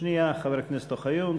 שנייה, חבר הכנסת אוחיון.